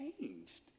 changed